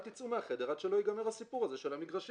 אל תצאו מהחדר עד שלא יגמר הסיפור הזה של המגרשים.